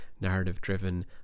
narrative-driven